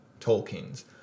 Tolkiens